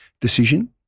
decision